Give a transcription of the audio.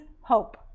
hope